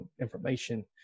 information